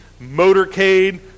motorcade